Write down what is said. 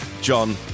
John